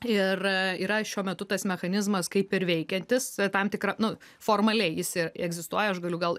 ir yra šiuo metu tas mechanizmas kaip ir veikiantis tam tikra nu formaliai jis i egzistuoja aš galiu gal